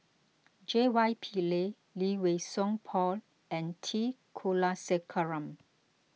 J Y Pillay Lee Wei Song Paul and T Kulasekaram